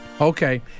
Okay